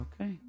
Okay